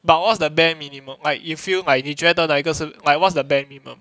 but what's the bare minimum like you feel like 你觉得哪一个是 like what's the bare minimum